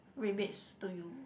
rebates to you